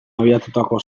abiatutako